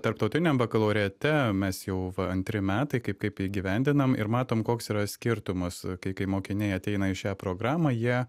tarptautiniam bakalaureate mes jau antri metai kaip kaip įgyvendinam ir matom koks yra skirtumas kai kai mokiniai ateina į šią programą jie